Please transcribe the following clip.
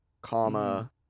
comma